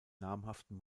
namhaften